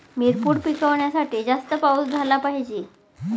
मिरपूड पिकवण्यासाठी जास्त पाऊस झाला पाहिजे